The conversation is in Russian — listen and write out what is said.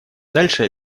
дальше